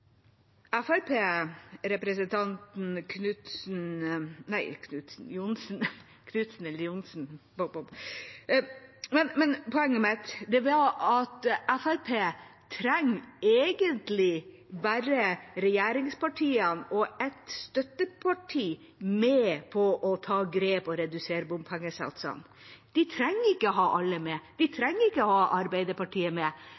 Men poenget mitt er at Fremskrittspartiet trenger egentlig bare regjeringspartiene og et støtteparti for å ta grep og redusere bompengesatsene. De trenger ikke å ha alle med, de trenger ikke å ha Arbeiderpartiet med,